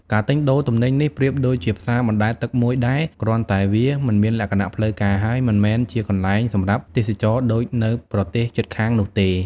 ការទិញដូរទំនិញនេះប្រៀបដូចជាផ្សារបណ្ដែតទឹកមួយដែរ គ្រាន់តែវាមិនមានលក្ខណៈផ្លូវការ ហើយមិនមែនជាកន្លែងសម្រាប់ទេសចរណ៍ដូចនៅប្រទេសជិតខាងនោះទេ។